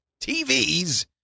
TVs